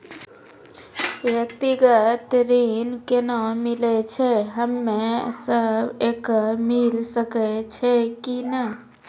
व्यक्तिगत ऋण केना मिलै छै, हम्मे सब कऽ मिल सकै छै कि नै?